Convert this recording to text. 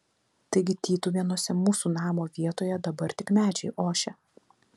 taigi tytuvėnuose mūsų namo vietoje dabar tik medžiai ošia